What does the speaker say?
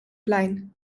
plein